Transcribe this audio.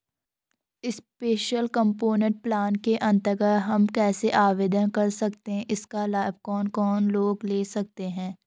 Special component plan के अन्तर्गत हम कैसे आवेदन कर सकते हैं इसका लाभ कौन कौन लोग ले सकते हैं?